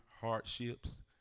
hardships